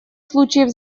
случаев